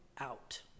out